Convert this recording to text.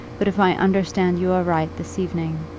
but if i understood you aright this evening,